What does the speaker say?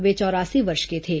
वे चौरासी वर्ष के थे